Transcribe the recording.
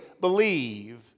believe